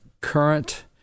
current